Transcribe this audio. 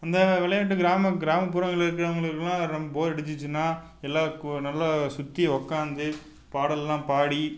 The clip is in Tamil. அந்த விளையாட்டு கிராம கிராமப்புறங்களில் இருக்கிறவங்களுக்குலாம் ரொம் போர் அடிச்சுச்சினால் எல்லோரும் கூ நல்ல சுற்றி உட்காந்து பாடல்லாம் பாடி